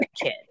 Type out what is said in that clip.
kid